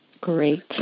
Great